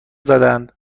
زدند